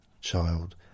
child